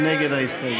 מי נגד ההסתייגות?